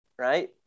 right